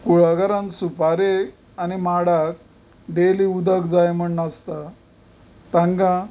कुळागरान सुपारे आनी माडांक डेली उदक जाय म्हण नासता तांकां